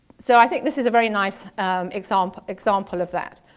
so i think this is a very nice example example of that.